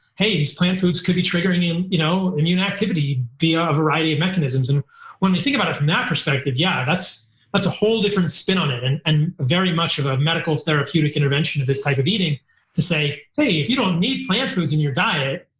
hey, these plant foods could be triggering you know immune activity via a variety of mechanisms. and when we think about it from that perspective, yeah that's that's a whole different spin on it and and very much of a medical therapeutic intervention of this type of eating to say, hey, if you don't need plants foods in your diet,